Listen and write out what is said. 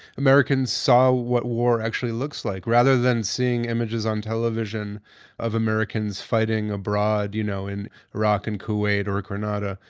americans saw what war actually looks like rather than seeing images on television of americans fighting abroad you know in iraq and kuwait or granada.